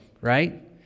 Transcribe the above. Right